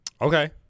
Okay